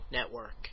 Network